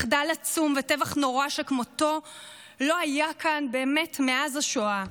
מחדל עצום וטבח נורא שכמותו לא היה כאן באמת מאז השואה.